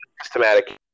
systematic